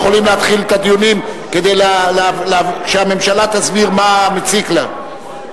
יכולים להתחיל את הדיונים כדי שהממשלה תסביר מה מציק לה,